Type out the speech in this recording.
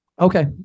Okay